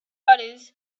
others